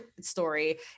story